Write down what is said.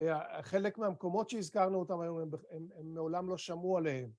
חלק מהמקומות שהזכרנו אותם היו, הם מעולם לא שמעו עליהם.